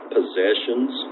possessions